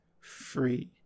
free